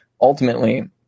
ultimately